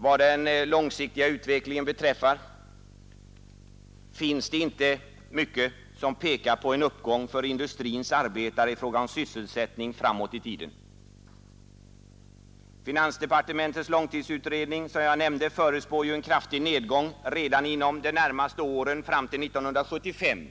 Vad den långsiktiga utvecklingen beträffar finns det tyvärr inte mycket som pekar på en uppgång för industrins arbetare i fråga om sysselsättning framåt i tiden. Finansdepartementets långtidsutredning förutspår, som jag nämnt, en kraftig nedgång redan inom de närmaste åren fram till 1975